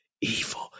evil